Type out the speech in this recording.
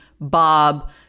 Bob